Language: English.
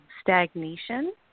stagnation